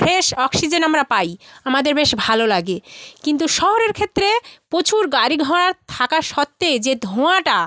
fresh oxygen আমরা পাই আমাদের বেশ ভালো লাগে কিন্তু শহরের ক্ষেত্রে প্রচুর গাড়ি ঘোড়া থাকা সত্ত্বে যে ধোঁয়াটা